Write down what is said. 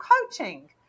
coaching